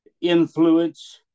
influence